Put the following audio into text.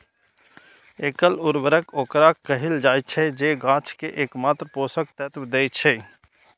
एकल उर्वरक ओकरा कहल जाइ छै, जे गाछ कें एकमात्र पोषक तत्व दै छै